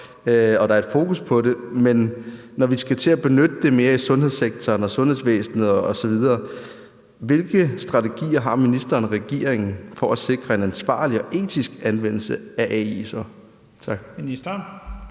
og der er et fokus på det. Men når vi skal til at benytte det mere i sundhedssektoren og sundhedsvæsenet osv., hvilke strategier har ministeren og regeringen så for at sikre en ansvarlig og etisk anvendelse af AI? Kl. 14:51